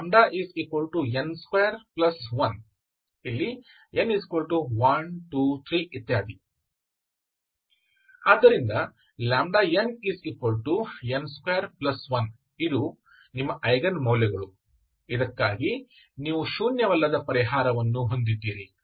ಆದ್ದರಿಂದ nn21 ನಿಮ್ಮ eigen ಮೌಲ್ಯಗಳು ಇದಕ್ಕಾಗಿ ನೀವು ಶೂನ್ಯವಲ್ಲದ ಪರಿಹಾರವನ್ನು ಹೊಂದಿದ್ದೀರಿ